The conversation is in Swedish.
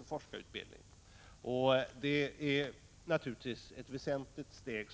av forskarutbildning, och det är naturligtvis ett väsentligt steg.